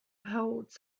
holds